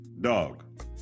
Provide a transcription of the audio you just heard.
Dog